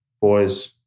boys